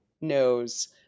knows